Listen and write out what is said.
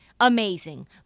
amazing